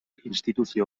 instituzio